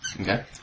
Okay